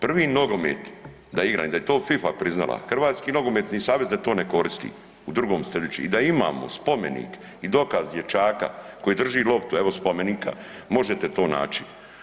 Prvi nogomet da je igran i da je to FIFA priznala, Hrvatski nogometni savez da to ne koristi, u 2. stoljeću, i da imamo spomenik i dokaz dječaka koji drži loptu, evo spomenika, možete to naći.